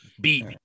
beat